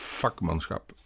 vakmanschap